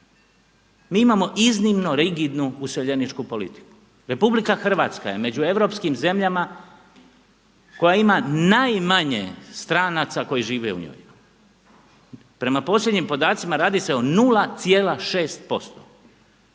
Mi imamo iznimno rigidnu useljeničku politiku. RH je među europskim zemljama koja ima najmanje stranaca koji žive u njoj. Prema posljednjim podacima radi se o 0,6%.